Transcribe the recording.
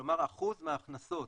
כלומר אחוז מההכנסות,